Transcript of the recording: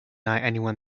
anyone